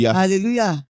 hallelujah